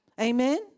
Amen